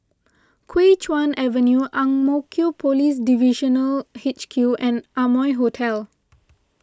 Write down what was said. Kuo Chuan Avenue Ang Mo Kio Police Divisional H Q and Amoy Hotel